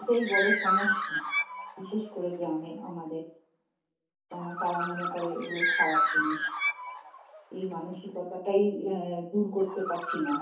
এটাই বড়ো সমস্যা বিশেষ করে গ্রামে আমাদের কেননা তারা মনে করে এগুলো খারাপ জিনিস এই মানসিকতাটাই দূর করতে পারছি না